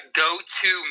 go-to